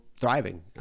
thriving